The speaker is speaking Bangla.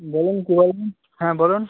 বলুন কে বলছেন হ্যাঁ বলুন